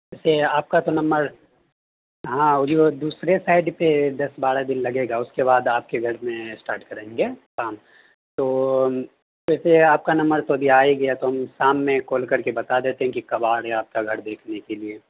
ویسے آپ کا تو نمبر ہاں وہ جو دوسرے سائٹ پہ دس بارہ دن لگے گا اس کے بعد آپ کے گھر میں اسٹارٹ کریں گے کام تو ویسے آپ کا نمبر تو ابھی آ ہی گیا تو ہم شام میں کال کر کے بتا دیتے ہیں کہ کب آ رہے آپ کا گھر دیکھنے کے لیے